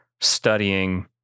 studying